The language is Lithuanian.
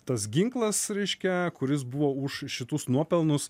tas ginklas reiškia kuris buvo už šitus nuopelnus